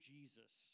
Jesus